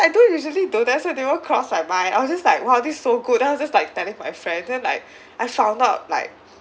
I don't usually do that so it didn't even cross my mind I was just like !wow! this so good then I was just like telling my friend then like I found out like